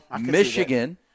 Michigan